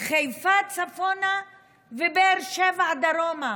חיפה בצפון לבאר שבע בדרום,